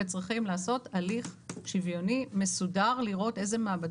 וצריכים לעשות הליך שוויוני מסודר כדי לראות איזה מעבדות.